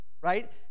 right